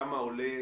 כמה עולה,